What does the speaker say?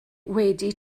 wedi